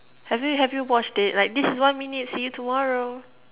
have you have you watched it like this is one minute see you tomorrow